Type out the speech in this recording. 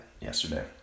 yesterday